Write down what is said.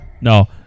No